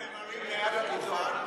דברים שנאמרים מעל הדוכן,